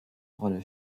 rolle